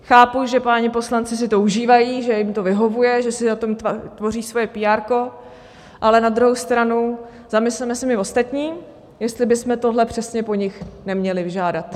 Chápu, že páni poslanci si to užívají, že jim to vyhovuje, že si na tom tvoří svoje píárko, ale na druhou stranu, zamysleme se my ostatní, jestli bychom tohle přesně po nich neměli žádat.